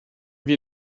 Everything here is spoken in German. wir